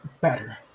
better